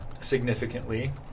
significantly